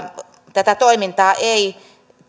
tätä toimintaa ei